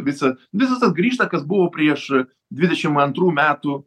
visas visas tas grįžta kas buvo prieš dvidešim antrų metų